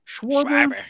Schwarber